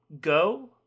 Go